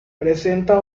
presenta